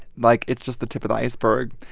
like, it's just the tip of the iceberg.